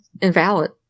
invalid